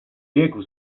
biegł